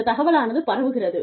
இந்த தகவலானது பரவுகிறது